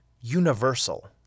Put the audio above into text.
universal